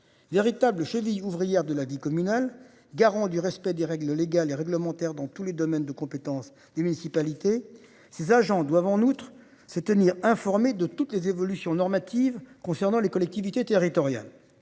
véritable cheville ouvrière de la vie communale garant du respect des règles légales et réglementaires dans tous les domaines de compétence des municipalités. Ces agents doivent en outre se tenir informé de toutes les évolutions normatives concernant les collectivités territoriales.